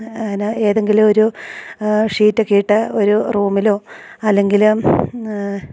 അന ഏതെങ്കിലും ഒരു ഷീറ്റൊക്കെയിട്ട് ഒരു റൂമിലോ അല്ലെങ്കില്